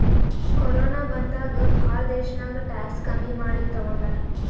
corona ಬಂದಾಗ್ ಭಾಳ ದೇಶ್ನಾಗ್ ಟ್ಯಾಕ್ಸ್ ಕಮ್ಮಿ ಮಾಡಿ ತಗೊಂಡಾರ್